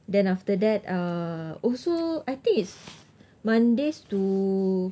then after that err also I think it's mondays to